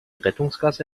rettungsgasse